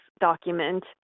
document